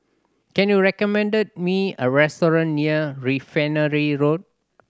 can you recommended me a restaurant near Refinery Road